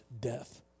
death